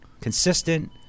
Consistent